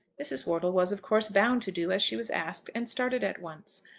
mrs. wortle was, of course, bound to do as she was asked, and started at once.